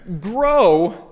Grow